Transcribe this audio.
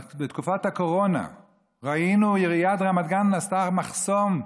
בתקופת הקורונה ראינו שעיריית רמת גן עשתה מחסום,